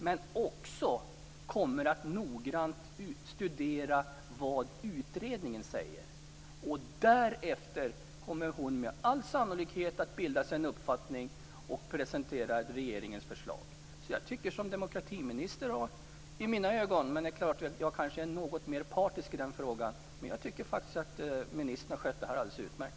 Men hon kommer också att noggrant studera vad utredningen säger. Därefter kommer hon med all sannolikhet att bilda sig en uppfattning och presentera regeringens förslag. I mina ögon har hon som demokratiminister - jag kanske är något mer partisk i frågan - skött det här alldeles utmärkt.